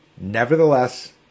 Nevertheless